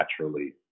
naturally